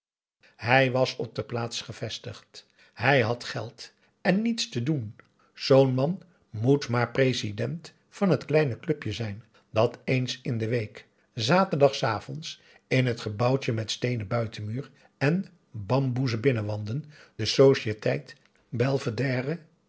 hij was op de plaats gevestigd hij had geld en niets te doen zoo'n man moet maar president van het kleine clubje zijn dat eens in de week zaterdagsavonds in t gebouwtje met steenen buitenmuur en bamboezen binnenwanden de